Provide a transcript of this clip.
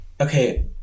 Okay